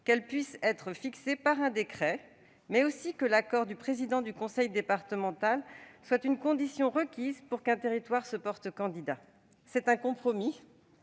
puisse être fixé par un décret et fait de l'accord du président du conseil départemental une condition requise pour qu'un territoire se porte candidat. C'est un compromis